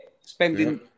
spending